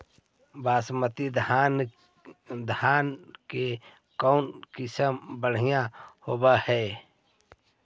बासमती धान के कौन किसम बँढ़िया होब है?